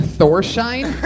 Thorshine